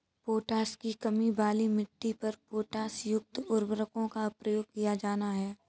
potash की कमी वाली मिट्टी पर पोटाशयुक्त उर्वरकों का प्रयोग किया जाना है